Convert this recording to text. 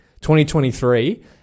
2023